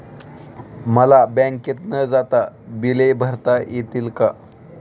मला बँकेत न जाता बिले भरता येतील का?